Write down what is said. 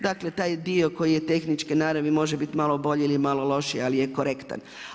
Dakle taj dio koji je tehničke naravi može biti malo bolje ili malo lošiji ali je korektan.